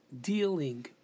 dealing